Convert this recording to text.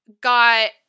got